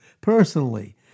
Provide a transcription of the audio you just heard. Personally